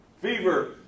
fever